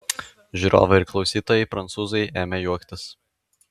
žiūrovai ir klausytojai prancūzai ėmė juoktis